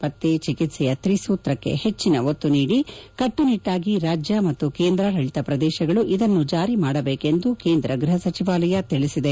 ಪತ್ತೆ ಚಿಕಿತ್ಸೆಯ ತ್ರಿಸೂತ್ರಕ್ಷೆ ಹೆಟ್ಟನ ಒತ್ತು ನೀಡಿ ಕಟ್ಲುನಿಟ್ಲಾಗಿ ರಾಜ್ಯ ಮತ್ತು ಕೇಂದ್ರಾಡಳಿತ ಪ್ರದೇಶಗಳು ಇದನ್ನು ಜಾರಿ ಮಾಡಬೇಕು ಎಂದು ಕೇಂದ್ರ ಗ್ರಹ ಸಚಿವಾಲಯ ತಿಳಿಸಿದೆ